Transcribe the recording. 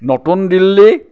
নতুন দিল্লী